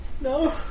No